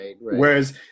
whereas